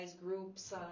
groups